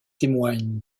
témoignent